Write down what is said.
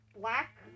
black